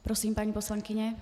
Prosím, paní poslankyně.